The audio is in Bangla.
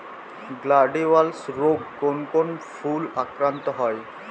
গ্লাডিওলাস রোগে কোন কোন ফুল আক্রান্ত হয়?